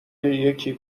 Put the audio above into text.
یکی